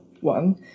one